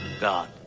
God